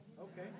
Okay